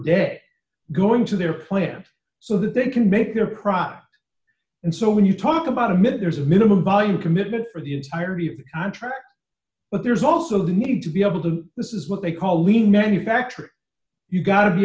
day going to their plants so that they can make their product and so when you talk about a minute there's a minimum volume commitment for the entirety of the contract but there's also the need to be able to this is what they call lean manufacturing you've got to be